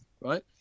Right